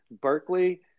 Berkeley